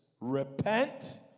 Repent